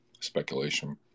speculation